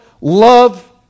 love